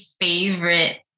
favorite